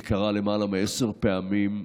זה קרה למעלה מעשר פעמים,